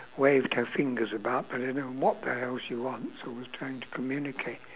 waved her fingers about but I don't know what the hell she wants so I was trying to communicate